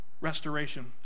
restoration